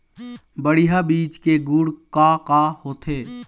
बढ़िया बीज के गुण का का होथे?